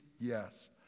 yes